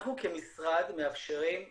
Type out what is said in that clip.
אנחנו כמשרד מאפשרים למורים,